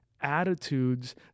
Attitudes